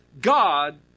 God